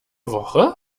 woche